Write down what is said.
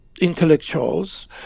intellectuals